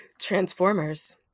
Transformers